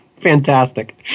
fantastic